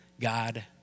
God